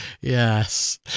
Yes